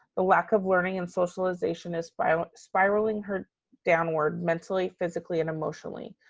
the lack of learning and socialization is spiraling her downward, mentally, physically, and emotionally.